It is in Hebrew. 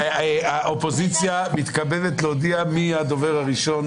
האופוזיציה מתכבדת להודיע מי הדובר הראשון